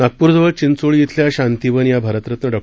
नागपूरजवळ चिंचोळी थिल्या शांतीवन या भारतरत्न डॉ